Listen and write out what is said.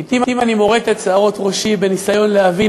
לעתים אני מורט את שערות ראשי בניסיון להבין